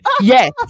Yes